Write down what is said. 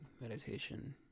meditation